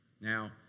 Now